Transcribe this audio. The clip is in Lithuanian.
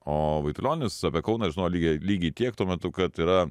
o vaitulionis apie kauną žinojo lygiai lygiai tiek tuo metu kad yra